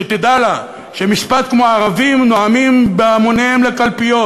שתדע לה שמשפט כמו "ערבים נוהרים בהמוניהם לקלפיות"